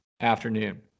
afternoon